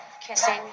kissing